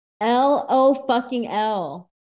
L-O-fucking-L